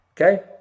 okay